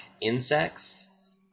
insects